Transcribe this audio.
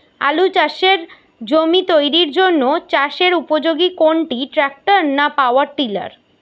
আলু চাষের জমি তৈরির জন্য চাষের উপযোগী কোনটি ট্রাক্টর না পাওয়ার টিলার?